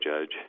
judge